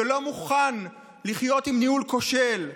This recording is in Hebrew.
שלא מוכן לחיות עם ניהול כושל,